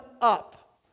up